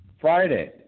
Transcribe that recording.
Friday